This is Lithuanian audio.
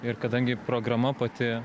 ir kadangi programa pati